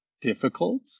difficult